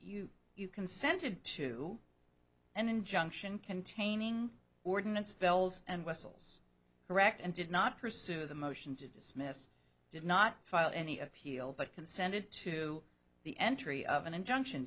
you you consented to an injunction containing ordinance bells and whistles correct and did not pursue the motion to dismiss did not file any appeal but consented to the entry of an injunction